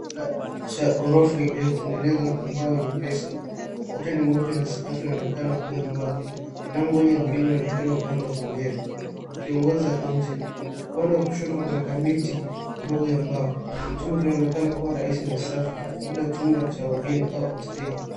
Kitanda cha ghorofa iliyotengenezwa kwa mbao nyepesi. Ukuta ni mweupe na sakafu inaonekana kuwa ya mbao. Vyango yenye grill inaonekana upande wa kulia, ukiongoza nje. Upande wa kushoto kuna kabati ndogo ya mbao. Chumba kinaonekana kuwa rahisi na safi, labda chumba cha wageni au hosteli.